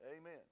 Amen